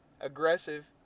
aggressive